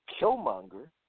Killmonger